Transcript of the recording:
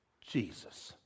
Jesus